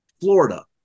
Florida